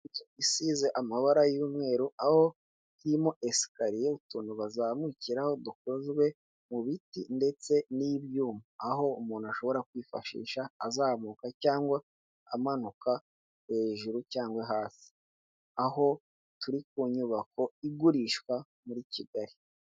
Inzu isize amabara y'umweru, aho irimo esikariye utuntu bazamukiraho dukozwe mu biti ndetse n'ibyuma, aho umuntu ashobora kwifashisha azamuka cyangwa amanuka hejuru cyangwa hasi, aho turi ku nyubako igurishwa muri Kigali.